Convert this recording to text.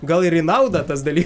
gal ir į naudą tas daly